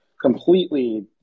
completely